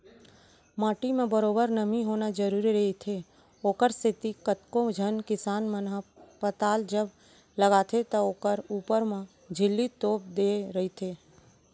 माटी म बरोबर नमी होना जरुरी रहिथे, ओखरे सेती कतको झन किसान मन ह पताल जब लगाथे त ओखर ऊपर म झिल्ली तोप देय रहिथे